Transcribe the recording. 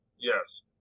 Yes